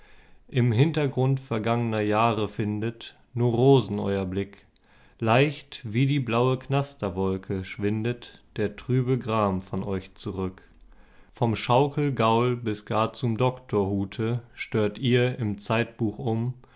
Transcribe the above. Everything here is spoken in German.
im hintergrund vergangner jahre findet nur rosen euer blick leicht wie die blaue knasterwolke schwindet der trübe gram von euch zurück vom schaukelgaul bis gar zum doktorhute stört ihr im zeitbuch um